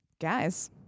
Guys